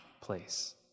place